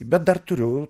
bet dar turiu